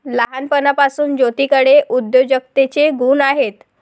लहानपणापासून ज्योतीकडे उद्योजकतेचे गुण आहेत